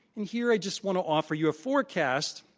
and, here, i just want to offer you a forecast,